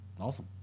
Awesome